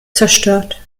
zerstört